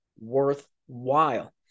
worthwhile